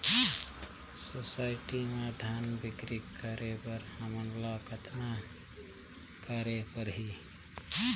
Society म धान बिक्री करे बर हमला कतना करे परही?